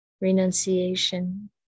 renunciation